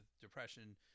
depression